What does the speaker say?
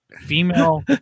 female